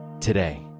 today